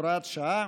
(הוראת שעה),